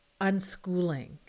unschooling